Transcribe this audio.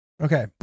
okay